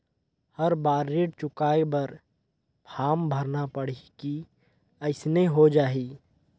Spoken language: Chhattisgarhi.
हर बार ऋण चुकाय बर फारम भरना पड़ही की अइसने हो जहीं?